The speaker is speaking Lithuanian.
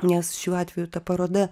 nes šiuo atveju ta paroda